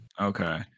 Okay